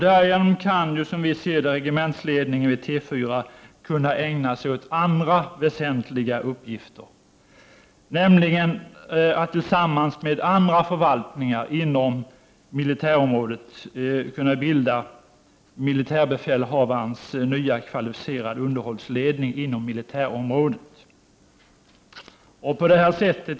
Därigenom kan, som vi ser det, regementsledningen vid T 4 ägna sig åt andra väsentliga uppgifter, nämligen att tillsammans med andra förvaltningar inom militärområdet bilda militärbefälhavarens nya kvalificerade underhållsledning inom militärområdet.